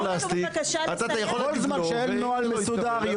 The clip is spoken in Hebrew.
כל זמן שאין נוהל מסודר,